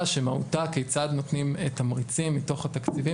שמהותה כיצד נותנים תמריצים מתוך התקציבים,